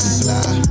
fly